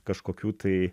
kažkokių tai